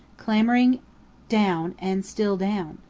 clambering down and still down.